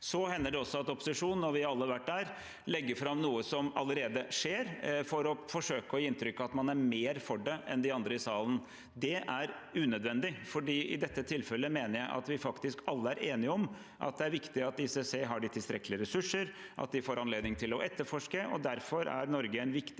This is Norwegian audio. Så hender det også at opposisjonen – og vi har alle vært der – legger fram noe som allerede skjer, for å forsøke å gi inntrykk av at man er mer for det enn de andre i salen. Det er unødvendig, for i dette tilfellet mener jeg at vi faktisk alle er enige om at det er viktig at ICC har tilstrekkelige ressurser og får anledning til å etterforske. Derfor er Norge en viktig